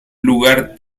lugar